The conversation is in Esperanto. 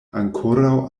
ankoraŭ